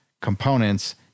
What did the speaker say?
components